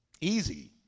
Easy